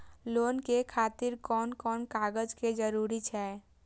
Loan के खातिर कोन कोन कागज के जरूरी छै?